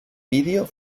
vídeo